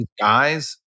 guys